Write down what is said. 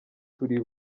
turi